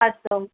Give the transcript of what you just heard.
अस्तु